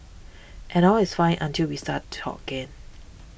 and all is fine until we start to talk again